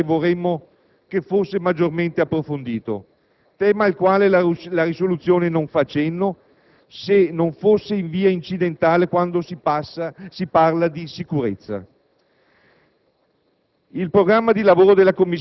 C'è un altro tema che ci sta a cuore e vorremmo che fosse maggiormente approfondito; tema al quale la risoluzione non fa cenno, se non forse in via incidentale quando si parla di sicurezza.